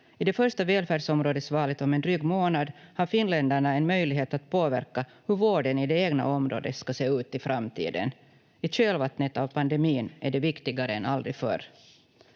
I det första välfärdsområdesvalet om en dryg månad har finländarna en möjlighet att påverka hur vården i det egna området ska se ut i framtiden. I kölvattnet av pandemin är det viktigare än någonsin förr.